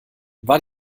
war